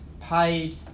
paid